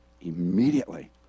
immediately